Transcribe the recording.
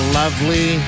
lovely